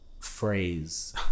phrase